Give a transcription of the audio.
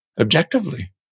objectively